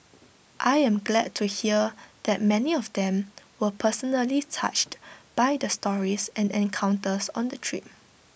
I am glad to hear that many of them were personally touched by the stories and encounters on the trip